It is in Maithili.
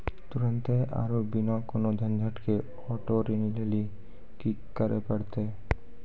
तुरन्ते आरु बिना कोनो झंझट के आटो ऋण लेली कि करै पड़तै?